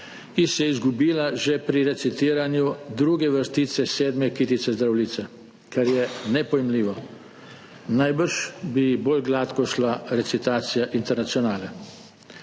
ki se je izgubila že pri recitiranju druge vrstice sedme kitice Zdravljice, kar je nepojmljivo. Najbrž bi ji bolj gladko šla recitacija Internacionale.